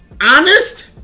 honest